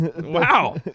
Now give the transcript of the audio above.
Wow